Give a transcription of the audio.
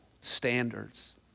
standards